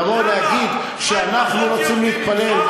לבוא ולהגיד שאנחנו רוצים להתפלל,